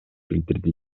билдирди